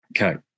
Okay